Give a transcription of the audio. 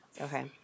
Okay